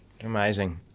Amazing